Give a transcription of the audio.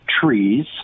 trees